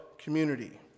community